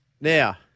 Now